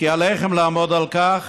וכי עליכם לעמוד על כך